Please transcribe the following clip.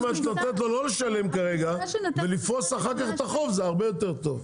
אם את נותנת לו לא לשלם כרגע ולפרוס אחר כך את החוב זה הרבה יותר טוב.